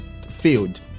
field